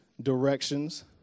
directions